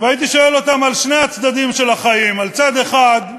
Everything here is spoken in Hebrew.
והייתי שואל אותם על שני הצדדים של החיים: צד אחד,